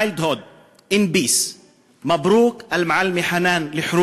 לאחר שנקלעו לירי חיילים בדרכם חזרה מבית-הספר לביתם.